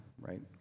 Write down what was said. right